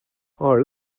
our